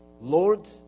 Lord